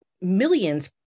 millions